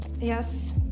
Yes